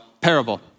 parable